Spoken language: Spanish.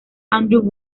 andrew